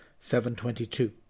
722